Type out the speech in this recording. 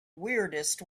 weirdest